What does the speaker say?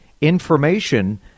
information